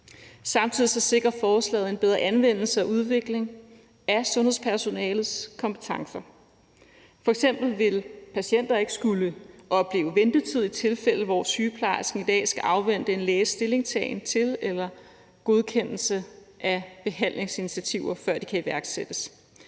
Samtidig sikrer forslaget en bedre anvendelse og udvikling af sundhedspersonalets kompetencer. F.eks. vil patienter ikke skulle opleve ventetid i tilfælde, hvor sygeplejersken i dag skal afvente en læges stillingtagen til eller godkendelse af behandlingsinitiativer, før de kan iværksættes.